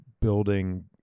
building